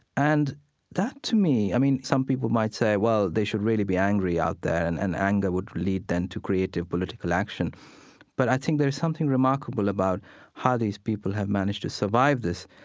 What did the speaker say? and that, to me, i mean, some people might say, well, they should really be angry out there, and and anger would lead them to create a political action but i think there is something remarkable about how these people have managed to survive this,